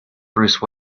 bruce